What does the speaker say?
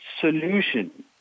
solution